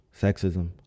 sexism